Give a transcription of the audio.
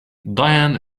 diana